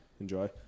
Enjoy